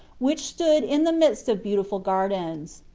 which stood in the midst of beautiful gardens.